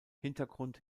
hintergrund